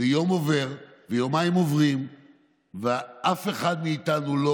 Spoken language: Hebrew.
יום עובר ויומיים עוברים ואף אחד מאיתנו לא